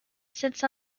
sits